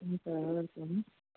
हुन्छ